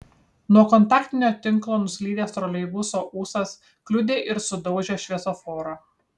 nuo kontaktinio tinklo nuslydęs troleibuso ūsas kliudė ir sudaužė šviesoforą